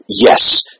Yes